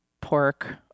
pork